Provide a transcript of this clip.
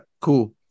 cool